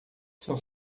são